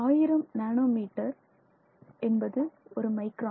ஆயிரம் nanometre என்பது ஒரு மைக்ரான்